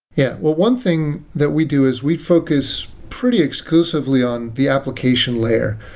yeah. well one thing that we do is we focus pretty exclusively on the application layer.